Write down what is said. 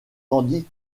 tandis